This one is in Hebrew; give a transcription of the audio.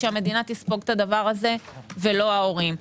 שהמדינה תספוג את זה ולא ההורים.